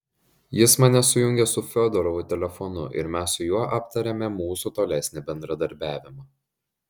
jis mane sujungė su fiodorovu telefonu ir mes su juo aptarėme mūsų tolesnį bendradarbiavimą